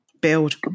Build